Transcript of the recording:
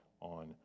on